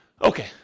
Okay